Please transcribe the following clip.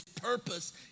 purpose